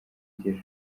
rya